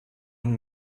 und